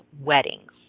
weddings